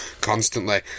constantly